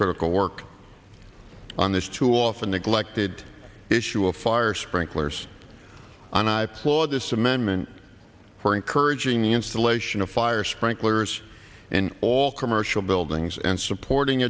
critical work on this too often neglected issue of fire sprinklers and i applaud this amendment for encouraging the installation of fire sprinklers and all commercial buildings and supporting